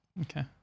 Okay